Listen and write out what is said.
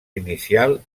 inicial